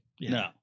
No